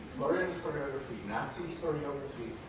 marine historiography, nazi historiography.